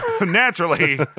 naturally